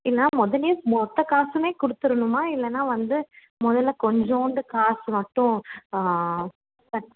இல்லைன்னா மொதலேயே மொத்த காசுமே கொடுத்துரணுமா இல்லைன்னா வந்து மொதலில் கொஞ்சோண்டு காசு மட்டும் ஃபஸ்ட்